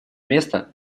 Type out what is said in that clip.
место